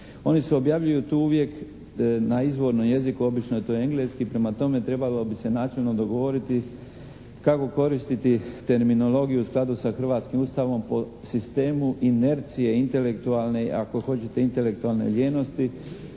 Oni se objavljuju tu uvijek na izvornom jeziku, obično je to engleski. Prema tome, trebalo bi se načelno dogovoriti kako koristiti terminologiju u skladu sa hrvatskim Ustavom po sistemu inercije intelektualne, ako hoćete intelektualne lijenosti